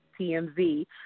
TMZ